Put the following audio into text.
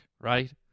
right